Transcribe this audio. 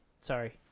Sorry